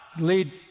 lead